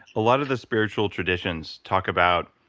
a lot of the spiritual traditions talk about